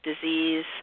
disease